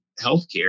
healthcare